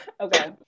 Okay